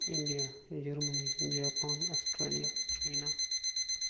India Germany Japan Australia China